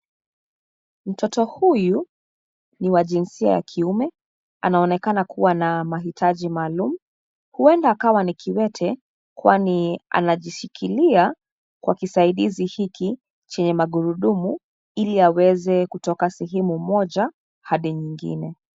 Mtoto huyu ni wa jinsia ya kiume anaonekana kua na mahitaji maalum, huenda akawa ni kiwete kwani anajishikilia kwa kisaidizi hiki chenye magurudumu ili aweze kutoka sehemu moja hadi nyingine.